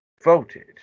Voted